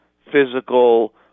physical